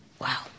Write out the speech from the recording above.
Wow